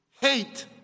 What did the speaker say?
hate